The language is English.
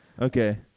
Okay